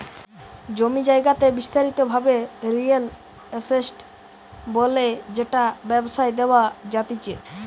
জমি জায়গাকে বিস্তারিত ভাবে রিয়েল এস্টেট বলে যেটা ব্যবসায় দেওয়া জাতিচে